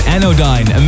Anodyne